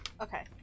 Okay